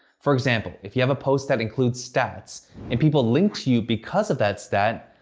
for example, if you have a post that includes stats and people linked to you because of that stat,